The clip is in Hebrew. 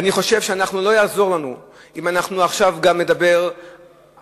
אני חושב שלא יעזור לנו אם אנחנו עכשיו גם נדבר נקודתית.